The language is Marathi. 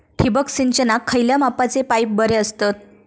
ठिबक सिंचनाक खयल्या मापाचे पाईप बरे असतत?